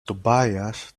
tobias